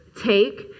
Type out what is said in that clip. take